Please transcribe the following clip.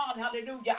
hallelujah